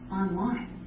online